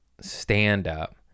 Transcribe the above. stand-up